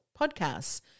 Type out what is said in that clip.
podcasts